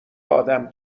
آدم